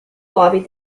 lobbied